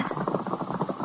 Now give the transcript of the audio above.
with